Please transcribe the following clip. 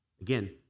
Again